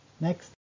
Next